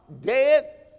dead